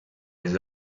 les